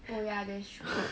oh ya that's true